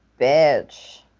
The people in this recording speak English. bitch